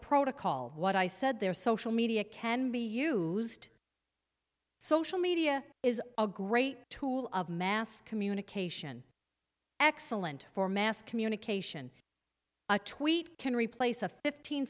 protocol what i said their social media can be used social media is a great tool of mass communication excellent for mass communication a tweet can replace a fifteen